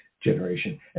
generation